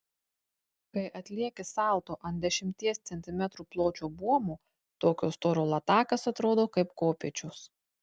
kai atlieki salto ant dešimties centimetrų pločio buomo tokio storio latakas atrodo kaip kopėčios